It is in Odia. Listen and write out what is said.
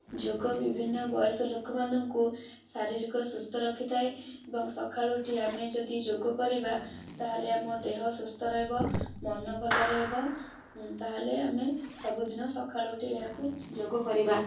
ଯୋଗ ବିଭିନ୍ନ ବୟସ ଲୋକମାନଙ୍କୁ ଶାରୀରିକ ସୁସ୍ଥ ରଖିଥାଏ ଏବଂ ସକାଳୁ ଉଠି ଆମେ ଯଦି ଯୋଗ କରିବା ତା'ହେଲେ ଆମ ଦେହ ସୁସ୍ଥ ରହିବ ମନ ଭଲ ରହିବ ତା'ହେଲେ ଆମେ ସବୁଦିନ ସକାଳୁ ଉଠି ଏହାକୁ ଯୋଗ କରିବା